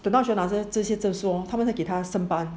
等到那时候拿这些证书他们会给她升班